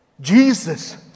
Jesus